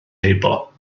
heibio